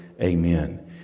Amen